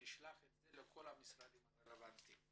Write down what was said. אנחנו נשלח את הסיכום לכל המשרדים הרלבנטיים.